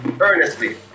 earnestly